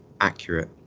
accurate